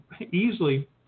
easily